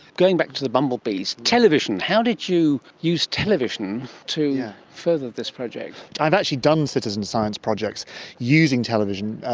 going back to the bumblebees. television, how did you use television to yeah further this project? i've actually done citizen science projects using television.